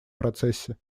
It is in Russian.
процессе